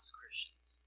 Christians